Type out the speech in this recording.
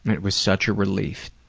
it was such a relief